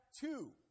two